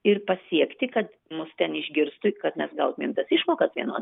ir pasiekti kad mus ten išgirstų ir kad mes gautumėm tas išmokas vienodas